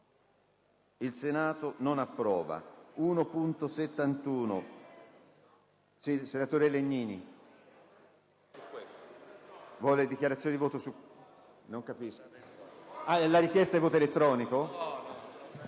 **Il Senato non approva.**